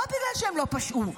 לא בגלל שהם לא פשעו,